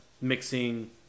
Mixing